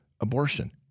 abortion